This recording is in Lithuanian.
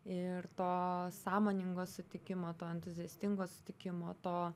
ir to sąmoningo sutikimo to entuziastingo sutikimo to